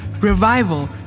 revival